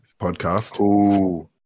podcast